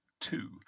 two